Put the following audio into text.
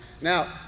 Now